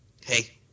hey